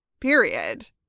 period